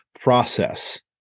process